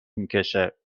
میکشه